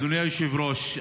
אדוני היושב-ראש,